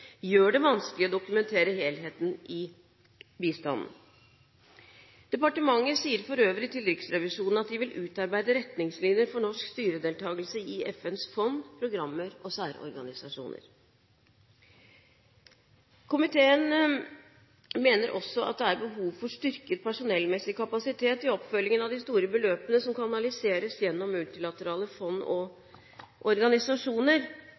gjør det vanskelig å dokumentere helheten i bistanden. Departementet sier for øvrig til Riksrevisjonen at de vil utarbeide retningslinjer for norsk styredeltakelse i FNs fond, programmer og særorganisasjoner. Komiteen mener også at det er behov for styrket personellmessig kapasitet i oppfølgingen av de store beløpene som kanaliseres gjennom multilaterale fond og organisasjoner.